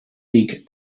league